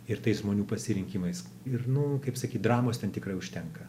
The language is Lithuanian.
ir tais žmonių pasirinkimais ir nu kaip sakyt dramos ten tikrai užtenka